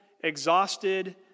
exhausted